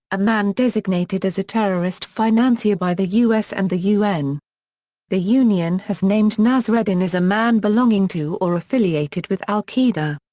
a man designated as a terrorist financier by the us and the un. the un un has named nasreddin as a man belonging to or affiliated with al qaeda.